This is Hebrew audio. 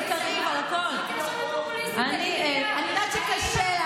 אני לא עובדת אצלך.